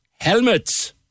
helmets